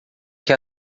que